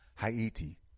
Haiti